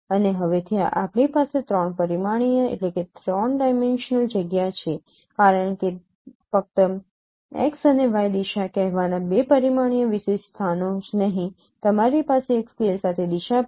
અને હવેથી આપણી પાસે ૩ પરિમાણીય જગ્યા છે કારણ કે ફક્ત x અને y દિશા કહેવાનાં 2 પરિમાણીય વિશેષ સ્થાનો જ નહીં તમારી પાસે એક સ્કેલ સાથે દિશા પણ છે